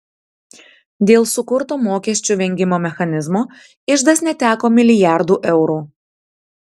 dėl sukurto mokesčių vengimo mechanizmo iždas neteko milijardų eurų